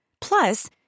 Plus